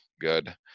good